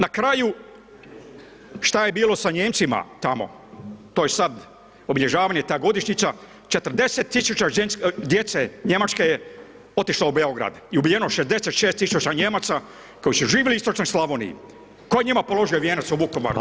Na kraju šta je bilo sa Nijemcima tamo, to je sad obilježavanje ta godišnjica 40.000 djece njemačke je otišlo u Beograd i ubijeno 66.000 Nijemaca koji su živjeli u Istočnoj Slavoniji, tko je njima položio vijenac u Vukovaru [[Upadica: Hvala.]] nitko.